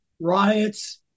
riots